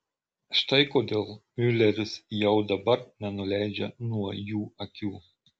štai kodėl miuleris jau dabar nenuleidžia nuo jų akių